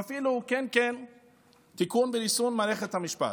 ואפילו, כן, כן, תיקון וריסון מערכת המשפט.